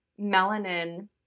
melanin